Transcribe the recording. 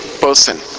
person